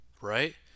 right